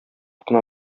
кына